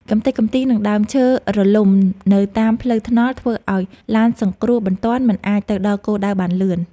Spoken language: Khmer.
កម្ទេចកំទី និងដើមឈើរលំនៅតាមផ្លូវថ្នល់ធ្វើឱ្យឡានសង្គ្រោះបន្ទាន់មិនអាចទៅដល់គោលដៅបានលឿន។